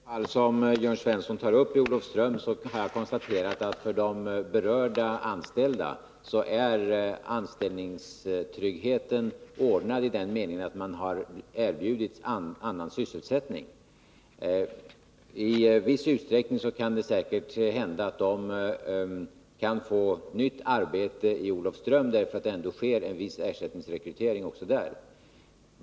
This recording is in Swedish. Fru talman! När det gäller det fall som Jörn Svensson tar upp beträffande Olofström har jag konstaterat att för de berörda anställda är anställningstryggheten ordnad i den meningen att man har erbjudit annan sysselsättning. I viss utsträckning kan det säkert hända att de kan få nytt arbete i Olofström, eftersom det ändå sker en viss ersättningsrekrytering också där.